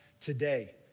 today